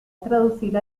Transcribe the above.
traducir